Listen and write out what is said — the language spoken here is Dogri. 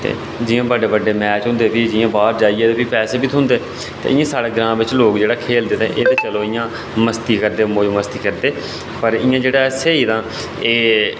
ते जि'यां बड्डे बड्डे मैच होंदे फ्ही जि'यां बाह्र जाइयै ते फ्ही पैसे बी थ्होंदे ते इ'यां साढ़े ग्रांऽ बिच्च लोक खेलदे ते एह् ते चलो इ'यां मस्ती करदे मौज़ मस्ती करदे पर इ'यां जेह्ड़ा स्हेई तां एह्